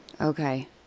Okay